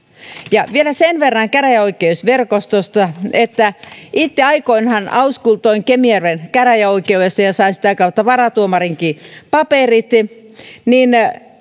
vielä sen verran käräjäoikeusverkostosta että kun itse aikoinaan auskultoin kemijärven käräjäoikeudessa ja sain sitä kautta varatuomarinkin paperit niin